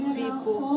people